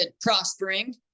prospering